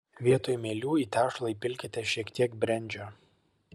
vietoj mielių į tešlą įpilkite šiek tiek brendžio